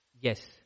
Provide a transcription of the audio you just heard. Yes